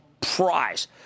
prize